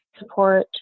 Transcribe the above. support